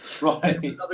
Right